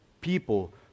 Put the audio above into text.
people